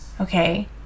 okay